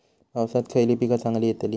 पावसात खयली पीका चांगली येतली?